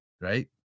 right